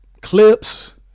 clips